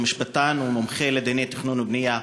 שהוא משפטן ומומחה לדיני תכנון ובנייה,